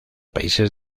países